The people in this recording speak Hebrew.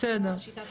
בסדר.